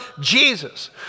Jesus